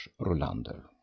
Rolander